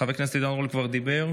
חבר הכנסת עידן רול, כבר דיבר,